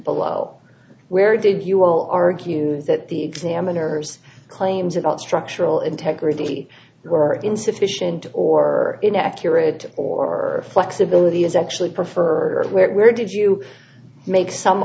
below where did you will argue that the examiner there's claims about structural integrity or insufficient or inaccurate or flexibility is actually prefer where did you make some